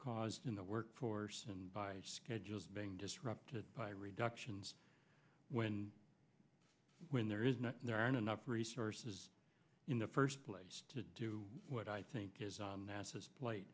caused in the workforce and by schedules being disrupted by reductions when when there is not there aren't enough resources in the first place to do what i think is